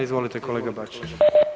Izvolite kolega Bačić.